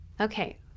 okay